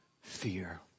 fear